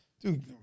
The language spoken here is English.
Dude